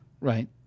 Right